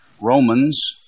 Romans